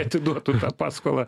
atiduotų tą paskolą